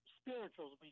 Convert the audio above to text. spirituals